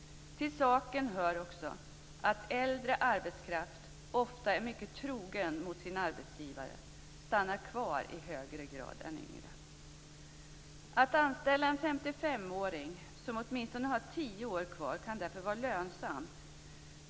Till saken hör också att äldre arbetskraft ofta är mycket trogen mot sin arbetsgivare och stannar kvar i högre grad än yngre. Att anställa en 55-åring, som åtminstone har tio år kvar, kan därför vara lönsamt.